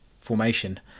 formation